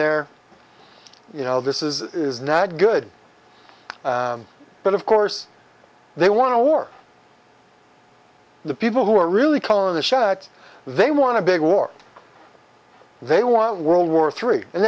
there you know this is is not good but of course they want to or the people who are really calling the shots they want to big war they want world war three and